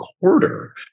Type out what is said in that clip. quarter